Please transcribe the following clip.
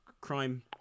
crime